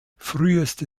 früheste